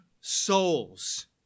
souls